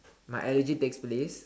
my allergy takes place